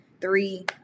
three